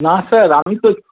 না স্যার আমি তো